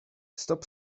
stop